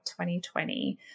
2020